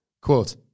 Quote